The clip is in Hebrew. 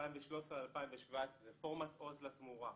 2013-2017 רפורמת עוז לתמורה.